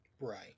Right